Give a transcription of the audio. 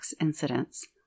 incidents